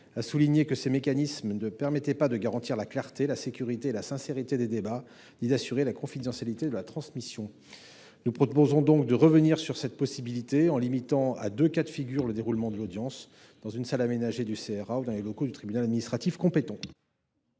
a souligné que ces mécanismes ne permettaient pas « de garantir la clarté, la sécurité et la sincérité des débats ni d’assurer la confidentialité de la transmission ». Nous proposons donc de revenir sur cette possibilité en limitant à deux cas de figure le déroulement de l’audience : dans une salle aménagée du CRA ou dans les locaux du tribunal administratif compétent.